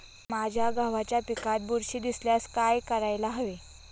माझ्या गव्हाच्या पिकात बुरशी दिसल्यास काय करायला हवे?